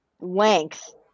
length